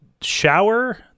shower